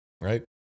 right